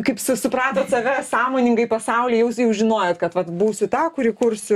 kaip su supratot save sąmoningai pasauly jūs jau žinojot kad vat būsiu ta kuri kursiu